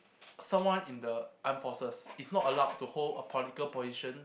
someone in the armed forces is not allowed to hold a political position